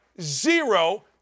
zero